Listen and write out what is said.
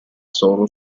solo